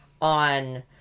on